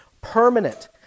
permanent